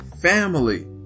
family